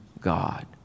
God